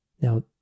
Now